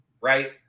right